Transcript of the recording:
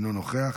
אינו נוכח,